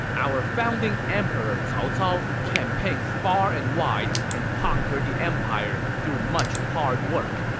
our founding emperor cao cao campaigned far and wide and conquered the empire through much hard work.